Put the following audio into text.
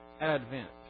Advent